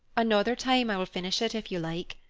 another time i will finish it, if you like.